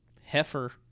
heifer